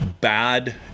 bad